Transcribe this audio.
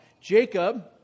Jacob